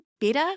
better